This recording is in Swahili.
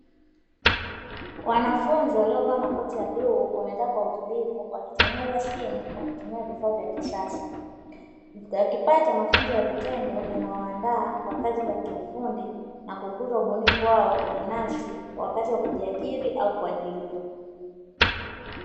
Wanafunzi waliovaa makoti ya bluu wamekaa kwa utulivu wakitengeneza simu kwa kutumia kifaa cha kisasa. Wakipata mafunzo ya vitendo yanayowaandaa kwa kazi za kiufundi na kukuza ubunifu wao binafsi kwa kazi za kujiajiri au kuajiriwa.